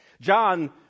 John